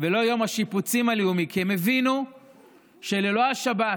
ולא יום השיפוצים הלאומי, כי הם הבינו שללא השבת